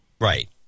Right